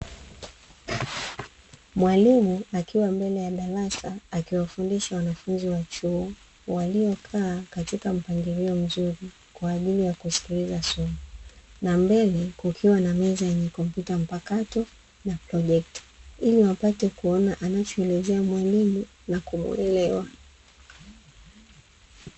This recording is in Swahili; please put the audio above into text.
Mwalimu akiwa mbele ya darasa akiwafundisha wanafunzi wa chuo, waliokaa katika mpangilio mzuri kwa ajili ya kusikiliza somo, na mbele kukiwa na meza yenye kompyuta mpakato na projecta ili wapate kuona anachoelezea mwalimu na kumuelewa.